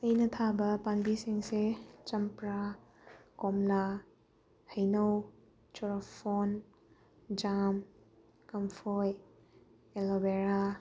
ꯑꯩꯅ ꯊꯥꯕ ꯄꯥꯝꯕꯤꯁꯤꯡꯁꯦ ꯆꯝꯄ꯭ꯔꯥ ꯀꯣꯝꯂꯥ ꯍꯩꯅꯧ ꯆꯣꯔꯐꯣꯟ ꯖꯥꯝ ꯀꯝꯐꯣꯏ ꯑꯦꯂꯣ ꯚꯦꯔꯥ